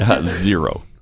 zero